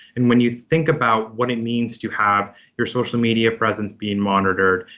and when you think about what it means to have your social media presence being monitored,